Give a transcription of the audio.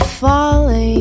falling